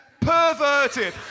Perverted